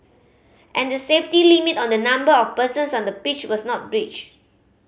and the safety limit on the number of persons on the pitch was not breached